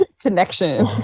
connection